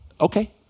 okay